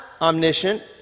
omniscient